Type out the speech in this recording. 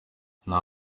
nta